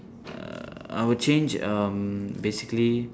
uh I would change um basically